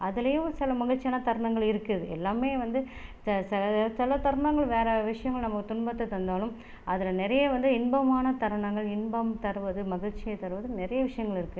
அதுலேயும் சில மகிழ்ச்சியான தருணங்கள் இருக்குது எல்லாமே வந்து சில நேரத்தில் சில தருணங்கள் வேறு விசயங்கள் நம்ம துன்பத்தை தந்தாலும் அதில் நிறைய வந்து இன்பமான தருணங்கள் இன்பம் தருவது மகிழ்ச்சியை தருவது நிறைய விஷயங்கள் இருக்குது